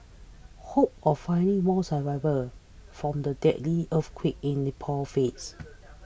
hope of finding more survivors from the deadly earthquake in Nepal fades